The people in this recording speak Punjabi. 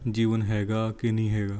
ਜੀਵਨ ਹੈਗਾ ਕਿ ਨਹੀਂ ਹੈਗਾ